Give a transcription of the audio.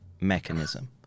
mechanism